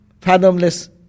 fathomless